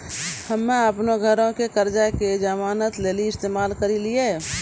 हम्मे अपनो घरो के कर्जा के जमानत लेली इस्तेमाल करि लेलियै